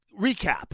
recap